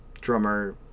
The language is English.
drummer